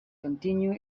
continue